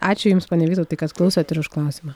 ačiū jums pone vytautai kad klausot ir už klausimą